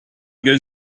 going